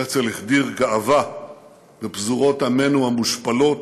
הרצל החדיר גאווה בפזורות עמנו המושפלות